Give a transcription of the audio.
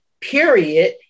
period